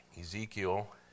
Ezekiel